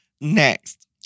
Next